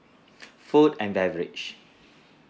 food and beverage